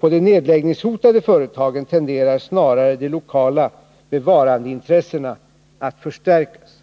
På de nedläggningshotade företagen tenderar snarare de lokala bevarandeintressena att förstärkas.